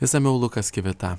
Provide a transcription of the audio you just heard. išsamiau lukas kivita